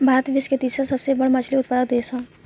भारत विश्व के तीसरा सबसे बड़ मछली उत्पादक देश ह